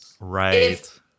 Right